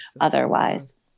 otherwise